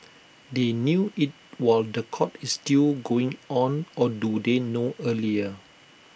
they knew IT while The Court is still going on or do they know earlier